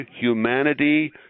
humanity